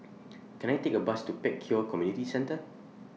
Can I Take A Bus to Pek Kio Community Centre